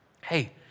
Hey